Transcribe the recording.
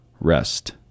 rest